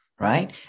right